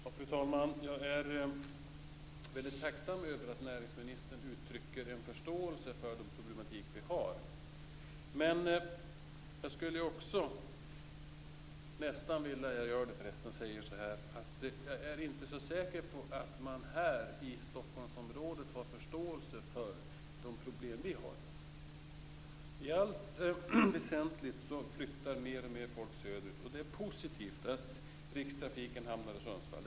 Fru talman! Jag är väldigt tacksam över att näringsministern uttrycker en förståelse för den problematik vi har. Men jag skulle också vilja säga att jag inte är så säker på att man här i Stockholmsområdet har förståelse för de problem vi har. I allt väsentligt flyttar mer och mer folk söderut. Det är positivt att Rikstrafiken hamnar i Sundsvall.